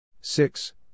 six